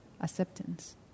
acceptance